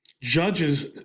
judges